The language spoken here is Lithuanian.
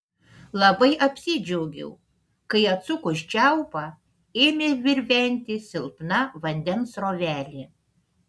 labai apsidžiaugiau kai atsukus čiaupą ėmė virventi silpna vandens srovelė